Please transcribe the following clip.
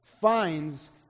finds